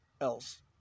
else